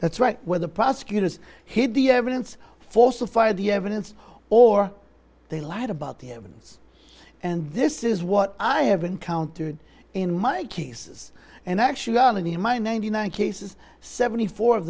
that's right where the prosecutors hid the evidence for so far the evidence or they lied about the evidence and this is what i have encountered in my case and actually learned in my ninety nine cases seventy four of